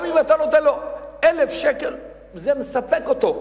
גם אם אתה נותן לו 1,000 שקל, זה מספק אותו.